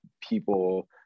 people